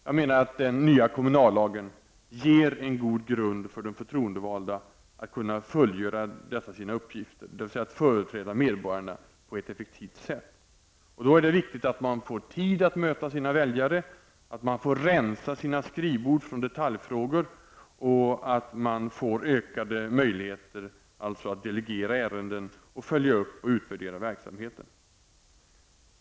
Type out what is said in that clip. Jag menar att den nya kommunallagen ger en god grund för de förtroendevalda att fullgöra dessa sina uppgifter, dvs. att företräda medborgarna på ett effektivt sätt. Då är det viktigt att de får tid att möta sina väljare, att de får rensa sina skrivbord från detaljfrågor och att de får ökade möjligheter att delegera ärenden och följa upp och utvärdera verksamheten.